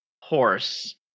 horse